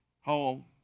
home